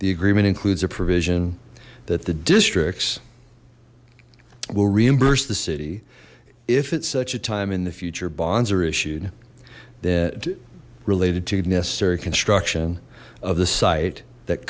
the agreement includes a provision that the districts will reimburse the city if it's such a time in the future bonds are issued that related to necessary construction of the site that